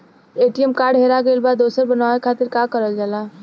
ATM card हेरा गइल पर दोसर बनवावे खातिर का करल जाला?